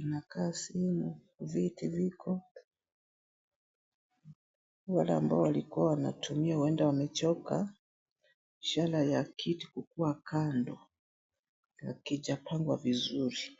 inakaa simu viti viko wale ambao walikua wanatumia huenda wamechoka ishara ya kiti kukua kando hakijapangwa vizuri.